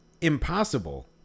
impossible